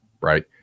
right